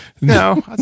no